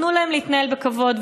תנו להם להתנהל בכבוד,